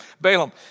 Balaam